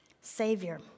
Savior